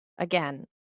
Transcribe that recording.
Again